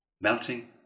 melting